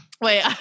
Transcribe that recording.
Wait